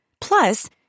Plus